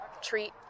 treat